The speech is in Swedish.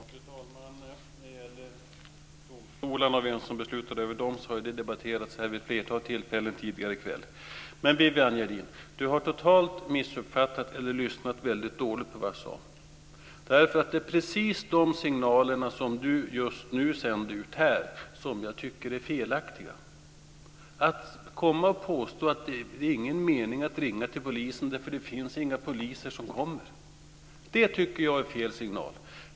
Fru talman! Domstolarna och vem som beslutar över dem har ju debatterats här vid ett flertal tillfällen tidigare i kväll. Men Vivann Gerdin har totalt missuppfattat mig eller lyssnat väldigt dåligt på vad jag sade. Det är precis de signaler som Viviann Gerdin just nu sände ut här som jag tycker är felaktiga. Att komma och påstå att det inte är någon mening att ringa till polisen för att det inte finns några poliser som kommer tycker jag är fel signal.